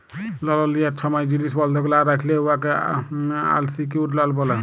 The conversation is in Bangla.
লল লিয়ার ছময় জিলিস বল্ধক লা রাইখলে উয়াকে আলসিকিউর্ড লল ব্যলে